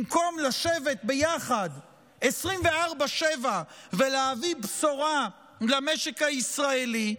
במקום לשבת ביחד 24/7 ולהביא בשורה למשק הישראלי,